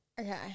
Okay